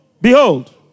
behold